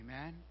Amen